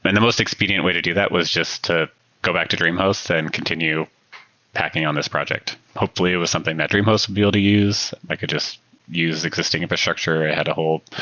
and the most expedient way to do that was just to go back to dreamhost and continue packing on this project. hopefully it was something that dreamhost would be able to use. i could just use existing infrastructure and had a whole